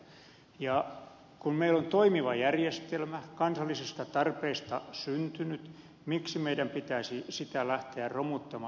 kun meillä on toimiva järjestelmä kansallisista tarpeista syntynyt miksi meidän pitäisi sitä lähteä romuttamaan